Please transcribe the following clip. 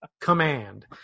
command